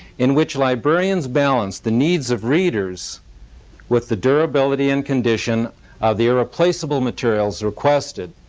in which librarians balance the needs of readers with the durability and condition of the irreplaceable materials requested.